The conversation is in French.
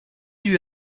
lui